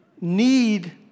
need